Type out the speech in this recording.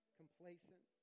complacent